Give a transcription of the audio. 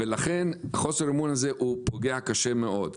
לכן חוסר האמון הזה פוגע קשה מאוד.